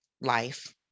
life